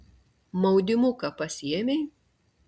maudymuką pasiėmei